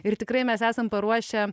ir tikrai mes esam paruošę